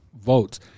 votes